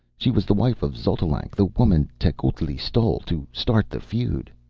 she was the wife of xotalanc the woman tecuhltli stole, to start the feud.